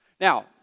Now